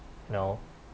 no